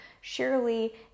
surely